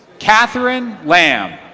katherine lamb.